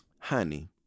Honey